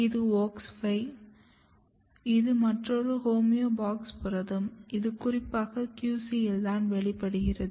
இது WOX 5 இது மற்றொரு ஹோமியோ பாக்ஸ் புரதம் இது குறிப்பாக QC யில் தான் வெளிப்படுகிறது